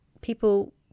people